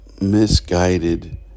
misguided